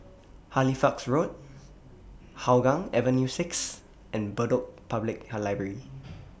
Halifax Road Hougang Avenue six and Bedok Public Library